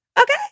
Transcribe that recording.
Okay